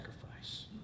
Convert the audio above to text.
sacrifice